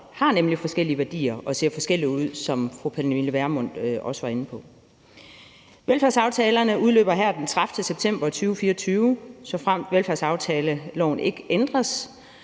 har nemlig forskellige værdier og ser forskellige ud, som fru Pernille Vermund også var inde på. Velfærdsaftalerne udløber her den 30. september 2024, såfremt velfærdsaftaleloven ikke ændres,